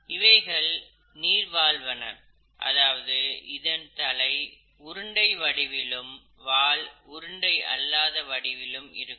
இவைகள் நீர்வாழ்வன அதாவது இதன் தலை உருண்டை வடிவிலும் வால் உருண்டை அல்லாத வடிவிலும் இருக்கும்